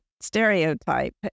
stereotype